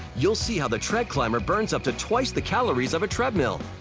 you'll see how the treadclimber burns up to twice the calories of a treadmill.